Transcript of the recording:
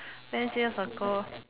ten years ago